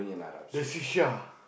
the Shisha